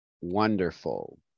wonderful